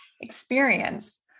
experience